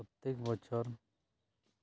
ᱯᱨᱚᱛᱛᱮᱠ ᱵᱚᱪᱷᱚᱨ